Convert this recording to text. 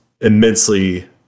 immensely